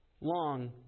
long